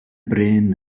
bryn